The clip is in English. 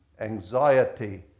anxiety